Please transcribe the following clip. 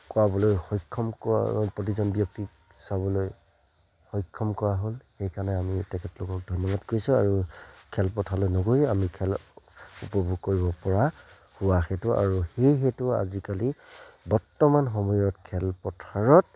কোৱাবলৈ সক্ষম কৰা প্ৰতিজন ব্যক্তিক চাবলৈ সক্ষম কৰা হ'ল সেইকাৰণে আমি তেখেতলোকক ধন্যবাদ কৰিছোঁ আৰু খেলপথাৰলৈ নগৈয়ো আমি খেল উপভোগ কৰিবপৰা হোৱা সেইটো আৰু সেইহেতু আজিকালি বৰ্তমান সময়ত খেলপথাৰত